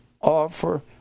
offer